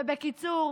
ובקיצור,